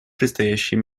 предстоящие